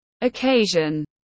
occasion